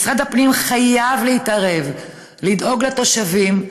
משרד הפנים חייב להתערב, לדאוג לתושבים,